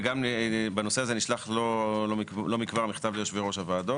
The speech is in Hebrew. וגם בנושא הזה נשלח לא מכבר מכתב ליושבי ראש הוועדות,